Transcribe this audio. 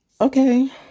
Okay